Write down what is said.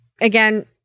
again